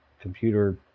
Computer